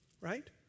right